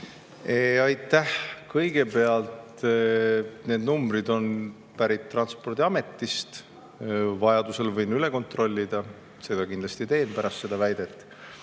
Aitäh! Kõigepealt, need numbrid on pärit Transpordiametist. Vajaduse korral võin üle kontrollida, seda kindlasti teen pärast seda väidet.